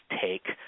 take